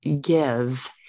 give